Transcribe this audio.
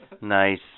Nice